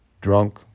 drunk